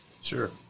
Sure